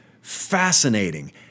fascinating